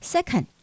Second